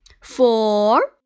four